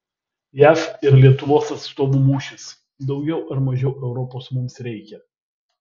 jav ir lietuvos atstovų mūšis daugiau ar mažiau europos mums reikia